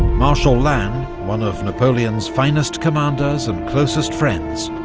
marshal lannes, one of napoleon's finest commanders and closest friends,